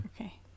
Okay